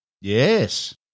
Yes